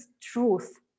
truth